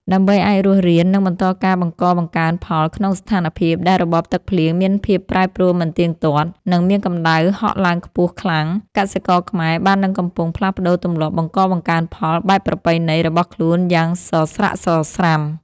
ដើម្បីអាចរស់រាន និងបន្តការបង្កបង្កើនផលក្នុងស្ថានភាពដែលរបបទឹកភ្លៀងមានភាពប្រែប្រួលមិនទៀងទាត់ និងមានកម្ដៅហក់ឡើងខ្ពស់ខ្លាំង កសិករខ្មែរបាននិងកំពុងផ្លាស់ប្តូរទម្លាប់បង្កបង្កើនផលបែបប្រពៃណីរបស់ខ្លួនយ៉ាងសស្រាក់សស្រាំ។